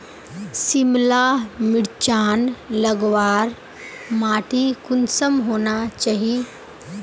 सिमला मिर्चान लगवार माटी कुंसम होना चही?